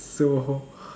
so